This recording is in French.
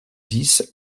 dix